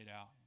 out